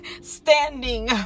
standing